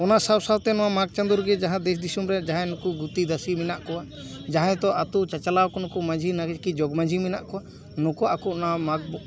ᱚᱱᱟ ᱥᱟᱶ ᱥᱟᱶᱛᱮ ᱱᱚᱶᱟ ᱢᱟᱜᱽ ᱪᱟᱸᱫᱳ ᱨᱮᱜᱮ ᱡᱟᱦᱟᱸ ᱱᱚᱣᱟ ᱫᱮᱥ ᱫᱤᱥᱚᱢ ᱨᱮ ᱡᱟᱦᱟᱸᱭ ᱱᱩᱠᱩ ᱜᱩᱛᱤ ᱫᱟᱥᱤ ᱢᱮᱱᱟᱜ ᱠᱚᱣᱟ ᱡᱟᱦᱟᱸᱭ ᱫᱚ ᱟᱛᱳ ᱪᱟᱼᱪᱟᱞᱟᱣ ᱠᱚ ᱱᱩᱠᱩ ᱢᱟᱺᱡᱷᱤ ᱱᱟᱭᱠᱮ ᱡᱚᱜᱽ ᱢᱟᱺᱡᱷᱤ ᱢᱮᱱᱟᱜ ᱠᱚᱣᱟ ᱱᱩᱠᱩ ᱟᱠᱚ ᱚᱱᱟ ᱢᱟᱜᱽ